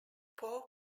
poe